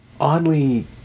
oddly